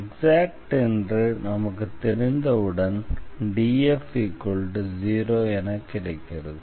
exact என்று நமக்குத் தெரிந்தவுடன் df 0 என கிடைக்கிறது